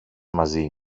μαζί